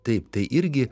taip tai irgi